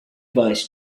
vice